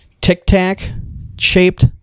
tic-tac-shaped